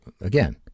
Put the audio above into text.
again